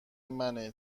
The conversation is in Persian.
منه